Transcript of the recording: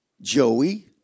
Joey